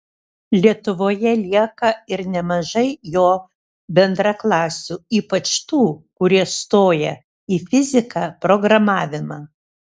lietuvoje lieka ir nemažai jo bendraklasių ypač tų kurie stoja į fiziką programavimą